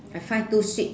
I find too sweet